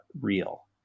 real